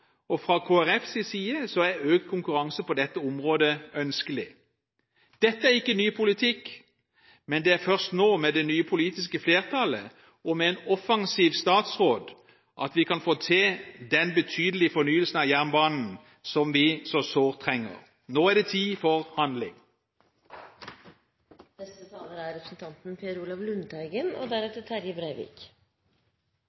og fra Kristelig Folkepartis side er økt konkurranse på dette området ønskelig. Dette er ikke ny politikk, men det er først nå, med det nye politiske flertallet og med en offensiv statsråd, at vi kan få til den betydelige fornyelsen av jernbanen som vi så sårt trenger. Nå er det tid for handling! Jeg vil også takke interpellanten for et utrolig viktig tema – og temaet er